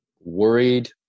worried